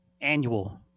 annual